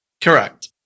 Correct